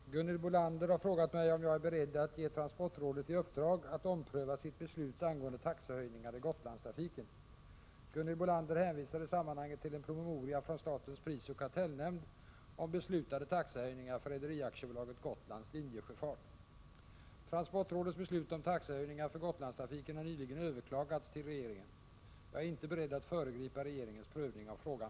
Herr talman! Gunhild Bolander har frågat mig om jag är beredd att ge transportrådet i uppdrag att ompröva sitt beslut angående taxehöjningar i Gotlandstrafiken. Gunhild Bolander hänvisar i sammanhanget till en promemoria från statens prisoch kartellnämnd om beslutade taxehöjningar för Rederiaktiebolaget Gotlands linjesjöfart. Transportrådets beslut om taxehöjningar för Gotlandstrafiken har nyligen överklagats till regeringen. Jag är inte beredd att föregripa regeringens prövning av frågan.